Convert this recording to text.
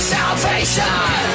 Salvation